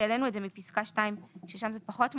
העלינו את זה מפסקה (2), ששם זה פחות מתאים,